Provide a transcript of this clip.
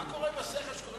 מה קורה עם השכל בקואליציה?